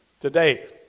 today